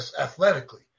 athletically